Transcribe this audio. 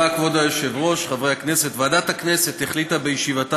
התקבלה בקריאה ראשונה ותועבר לוועדת החוקה,